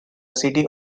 city